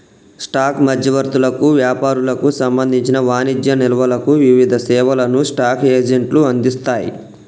stock మధ్యవర్తులకు, వ్యాపారులకు సంబంధించిన వాణిజ్య నిల్వలకు వివిధ సేవలను స్టాక్ ఎక్స్చేంజ్లు అందిస్తయ్